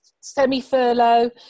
semi-furlough